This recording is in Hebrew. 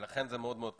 לכן זה מאוד מאוד קשה.